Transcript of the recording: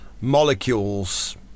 molecules